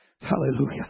Hallelujah